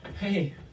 Hey